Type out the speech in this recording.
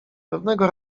pewnego